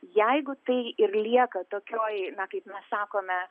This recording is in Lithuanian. jeigu tai ir lieka tokioj na kaip mes sakome